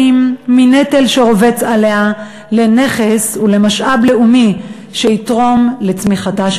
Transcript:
מנטל שרובץ עליה לנכס ולמשאב לאומי שיתרום לצמיחתה.